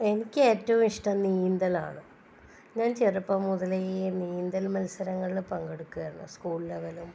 എനിക്ക് ഏറ്റവും ഇഷ്ടം നീന്തലാണ് ഞാൻ ചെറുപ്പം മുതലെ ഈ നീന്തൽ മത്സരങ്ങളിൽ പങ്കെടുക്കുമായിരുന്നു സ്കൂൾ ലെവലും